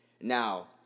Now